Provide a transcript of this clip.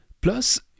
Plus